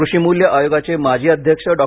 कृषिमूल्य आयोगाचे माजी अध्यक्ष डॉ